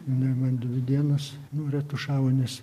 jinai man dvi dienas nu retušavo nes